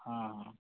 ହଁ ହଁ